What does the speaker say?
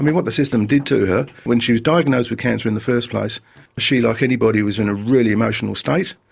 what the system did to her when she was diagnosed with cancer in the first place she, like anybody, was in a really emotional state,